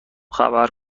خبر